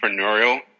entrepreneurial